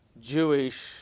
Jewish